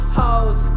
hoes